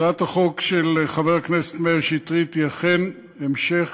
הצעת החוק של חבר הכנסת מאיר שטרית היא אכן המשך